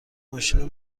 ماشین